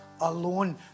alone